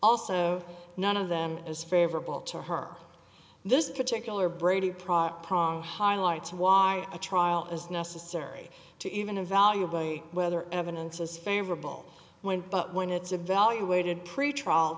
also none of them is favorable to her this particular brady product pronk highlights why a trial is necessary to even a valuable whether evidence is favorable when but when it's evaluated pretrial